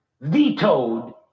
vetoed